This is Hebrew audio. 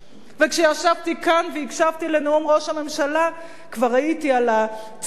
וכשישבתי כאן והקשבתי לנאום ראש הממשלה כבר ראיתי על הצג הזה,